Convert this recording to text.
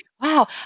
Wow